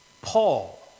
Paul